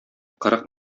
кырык